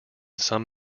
some